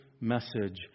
message